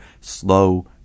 slow